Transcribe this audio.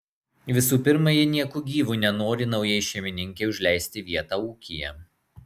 visų pirma ji nieku gyvu nenori naujai šeimininkei užleisti vietą ūkyje